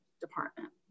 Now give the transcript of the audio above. department